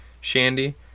shandy